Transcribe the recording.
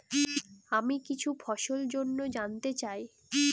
আমি কিছু ফসল জন্য জানতে চাই